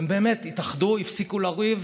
והם באמת התאחדו, הפסיקו לריב,